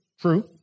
true